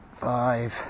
five